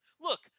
Look